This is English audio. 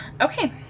okay